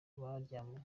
baryamanye